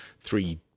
three